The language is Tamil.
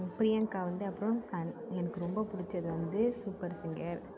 பிரியங்கா வந்து அப்றம் சன் எனக்கு ரொம்ப பிடிச்சது வந்து சூப்பர் சிங்கர்